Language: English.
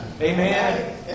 amen